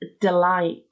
delight